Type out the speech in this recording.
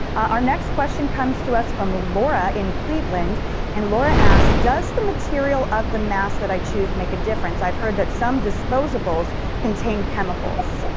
our next question comes to us from laura in cleveland and laura asked does the material of the mask that i choose make a difference, i heard some disposables contain chemicals.